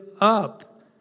up